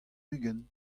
ugent